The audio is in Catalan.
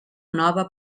nova